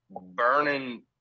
burning